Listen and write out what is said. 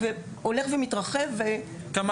כמה